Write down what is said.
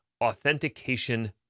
authentication